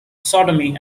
sodomy